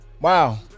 Wow